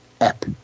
app